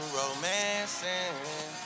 romancing